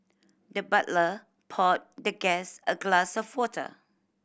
the butler poured the guest a glass of water